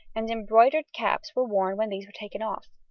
and embroidered caps were worn when these were taken off.